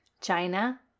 China